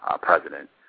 president